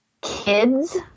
kids